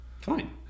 Fine